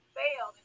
fail